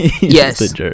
Yes